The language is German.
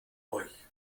euch